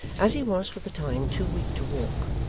as he was, for the time, too weak to walk,